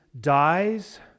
dies